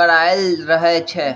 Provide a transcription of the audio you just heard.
कराएल रहै छै